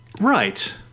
Right